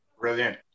Brilliant